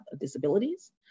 disabilities